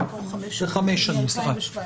במקור חמש שנים, מ-2017.